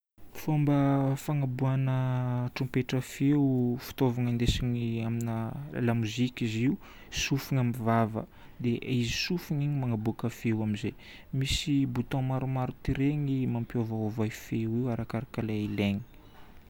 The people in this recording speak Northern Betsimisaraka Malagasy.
Fomba fagnaboahana tropetra feo, fitaovagna indesigna amin'ny lamozika izy io. Tsofina amin'ny vava dia izy tsofina igny magnaboaka feo amin'izay. Misy bouton maromaro tireny mampiovaova io feo io arakaraka ilay ilaigna.